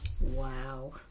Wow